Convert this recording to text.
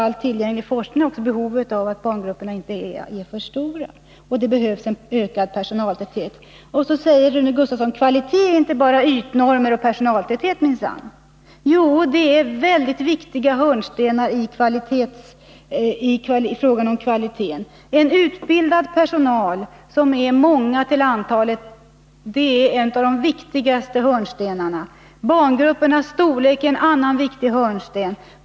All tillgänglig forskning visar också på behovet av att barngrupperna inte görs alltför stora och på att det behövs en ökad personaltäthet. Rune Gustavsson säger att kvalitet inte bara är ytnormer och personaltäthet minsann! Jo, de är mycket viktiga hörnstenar i fråga om kvaliteten. Tillgången till väl utbildad personal i tillräckligt antal är en av de viktigaste hörnstenarna. Barngruppernas storlek är en annan viktig hörnsten.